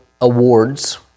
awards